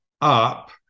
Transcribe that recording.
up